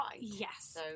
Yes